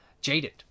jaded